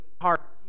heart